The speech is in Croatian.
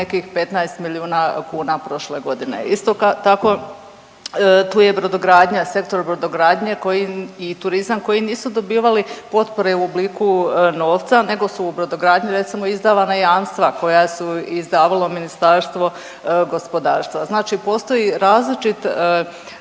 nekih 15 milijuna kuna prošle godine. Isto tako tu je brodogradnja, sektor brodogradnje koji i turizam koji nisu dobivali potpore u obliku novca nego su u brodogradnji recimo izdavana jamstva koja su izdavalo Ministarstvo gospodarstva. Znači postoji različit,